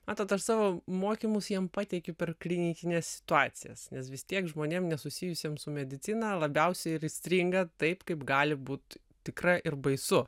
matot aš savo mokymus jiem pateikiu per klinikines situacijas nes vis tiek žmonėm nesusijusiem su medicina labiausiai ir įstringa taip kaip gali būt tikra ir baisu